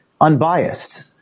unbiased